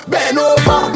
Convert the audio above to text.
Benova